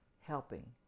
helping